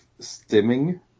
stimming